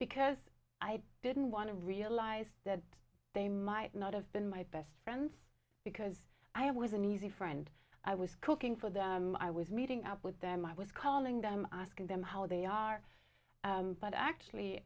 because i didn't want to realize that they might not have been my best friends because i was an easy friend i was cooking for them i was meeting up with them i was calling them asking them how they are but actually